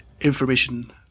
information